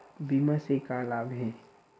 बीमा से का लाभ हे?